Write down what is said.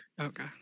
Okay